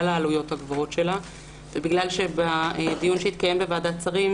העלויות הגבוהות שלה ובגלל שהדיון שהתקיים בוועדת שרים